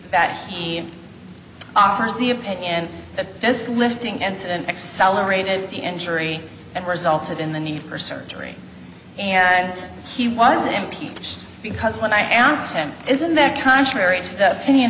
that he offers the opinion that this lifting incident accelerated the injury and resulted in the need for surgery and he was impeached because when i asked him isn't that contrary to the opinion